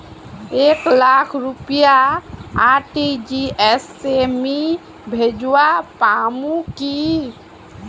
एक लाख रुपया आर.टी.जी.एस से मी भेजवा पामु की